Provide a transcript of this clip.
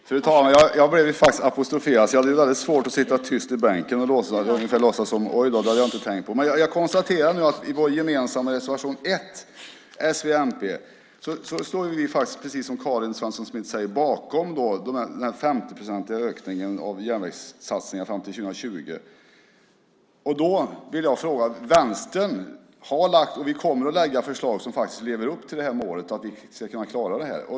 Fru talman! Jag blev apostroferad, och då är det svårt att sitta tyst i bänken och låtsas: Oj, det hade jag inte tänkt på. Men jag konstaterar att i vår gemensamma reservation 1 från s, v och mp står vi, som Karin Svensson Smith säger, bakom den 50-procentiga ökningen av järnvägssatsningarna fram till 2020. Vänstern har lagt fram, och vi kommer att lägga fram, förslag som gör att vi lever upp till det här målet. Vi kommer att klara det.